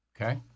Okay